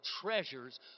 treasures